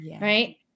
right